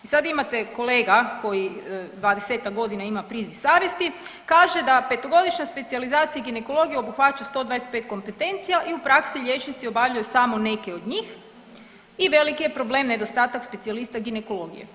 I sad imate kolega koji dvadesetak godina ima priziv savjesti, kaže da petogodišnja specijalizacija ginekologije obuhvaća 125 kompetencija i u praksi liječnici obavljaju samo neke od njih i veliki je problem nedostatak specijalista ginekologije.